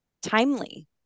timely